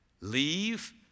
Leave